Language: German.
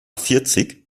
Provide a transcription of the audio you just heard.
vierzig